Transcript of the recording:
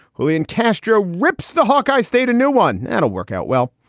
julian castro rips the hawkeye state, a new one and a workout. well.